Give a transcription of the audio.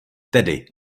tedy